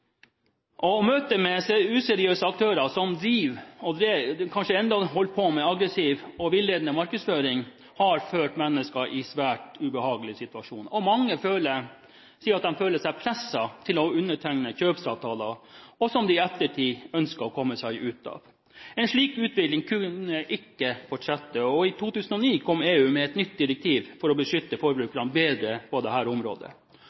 useriøse aktører som drev – og kanskje ennå driver – med aggressiv og villedende markedsføring, har ført mennesker inn i svært ubehagelige situasjoner. Mange sier at de har følt seg presset til å undertegne kjøpsavtaler som de i ettertid ønsker å komme seg ut av. En slik utvikling kunne ikke fortsette, og i 2009 kom EU med et nytt direktiv for å beskytte forbrukerne bedre på dette området.